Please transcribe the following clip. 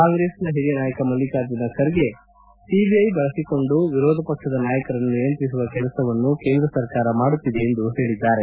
ಕಾಂಗ್ರೆಸ್ನ ಹಿರಿಯ ನಾಯಕ ಮಲ್ಲಿಕಾರ್ಜುನ ಖರ್ಗೆ ಸಿಬಿಐ ಬಳಸಿಕೊಂಡು ವಿರೋಧಪಕ್ಷದ ನಾಯಕರನ್ನು ನಿಯಂತ್ರಿಸುವ ಕೆಲಸವನ್ನು ಕೇಂದ್ರ ಸರ್ಕಾರ ಮಾಡುತ್ಲಿದೆ ಎಂದು ಹೇಳಿದ್ದಾರೆ